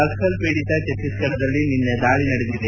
ನಕ್ಕಲ್ ಪೀಡಿತ ಛತ್ತೀಸ್ಫಢದಲ್ಲಿ ನಿನ್ನೆ ದಾಳಿ ನಡೆದಿದೆ